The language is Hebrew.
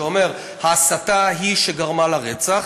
שאומר: ההסתה היא שגרמה לרצח,